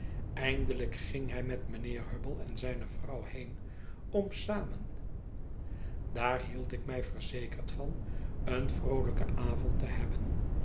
eindelijk ging hij met mijnheer hubble en zijne vrouw heen om samen daar hield ik mij verzekerd van een vroolijken avond te hebben